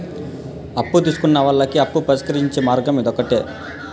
అప్పు తీసుకున్న వాళ్ళకి అప్పు పరిష్కరించే మార్గం ఇదొకటి